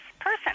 person